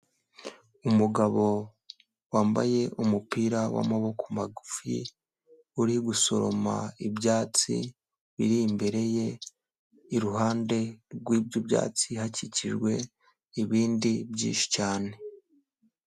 Umugabo wambaye umupira w'amaboko magufi uri gusoroma ibyatsi biri imbere ye, iruhande rw'ibyo byatsi hakikijwe ibindi byinshi cyane.